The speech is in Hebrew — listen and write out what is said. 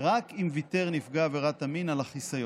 רק אם ויתר נפגע עבירת המין על החיסיון.